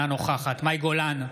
אינה נוכחת מאי גולן,